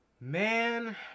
Man